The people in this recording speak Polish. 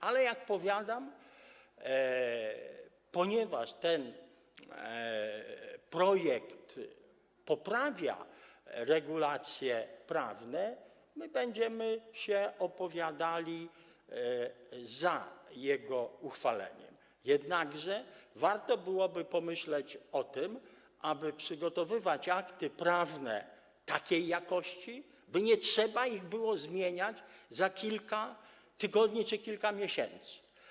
Ale, jak powiadam, ponieważ ten projekt poprawia regulacje prawne, będziemy się opowiadali za jego uchwaleniem, jednakże warto by było pomyśleć o tym, aby przygotowywać akty prawne takiej jakości, by nie trzeba było ich zmieniać za kilka tygodni czy kilka miesięcy.